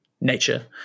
nature